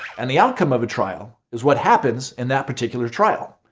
and the outcome of a trial is what happens in that particular trial.